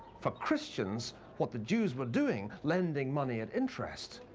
for christians, what the jews were doing, like iending money at interest,